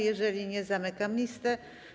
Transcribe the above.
Jeżeli nie, to zamykam listę.